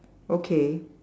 okay